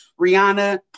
Rihanna